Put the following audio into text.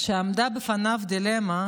כשעמדה בפניו דילמה,